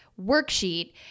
worksheet